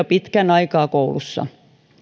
pitkän aikaa koulussa